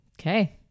Okay